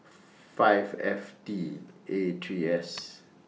five F T A three S